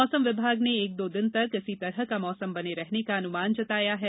मौसम विभाग ने एक दो दिन तक इसी तरह का मौसम बने रहने का अनुमान जताया है